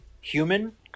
human